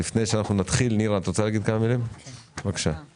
לפני שנתחיל, נירה, בבקשה.